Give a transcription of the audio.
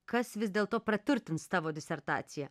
kas vis dėlto praturtins tavo disertacija